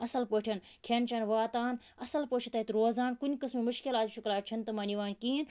اَصٕل پٲٹھۍ کھٮ۪ن چٮ۪ن واتان اَصٕل پٲٹھۍ چھِ تَتہِ روزان کُنہِ قٕسمٕچ مُشکلات شِکایت چھَنہٕ تِمَن یِوان کہیٖنۍ